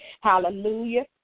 hallelujah